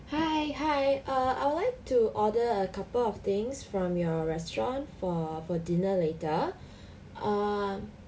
hi hi err I would like to order a couple of things from your restaurant for for dinner later um